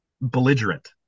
belligerent